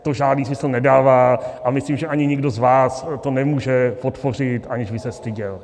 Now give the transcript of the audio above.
To žádný smysl nedává a myslím, že ani nikdo z vás to nemůže podpořit, aniž by se styděl.